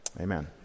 amen